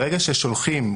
ברגע ששולחים,